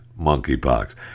monkeypox